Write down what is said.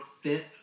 fits